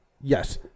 Yes